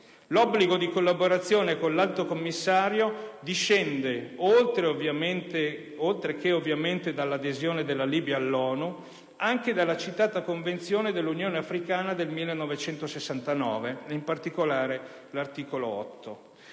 L'obbligo di collaborazione con l'Alto commissario discende, oltre che ovviamente dall'adesione della Libia all'ONU, anche dalla citata Convenzione dell'Unione africana del 1969 e, in particolare, dall'articolo 8.